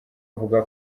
avuga